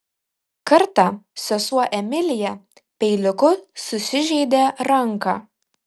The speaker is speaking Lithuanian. kartą sesuo emilija peiliuku susižeidė ranką